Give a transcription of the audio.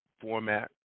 format